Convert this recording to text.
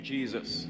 Jesus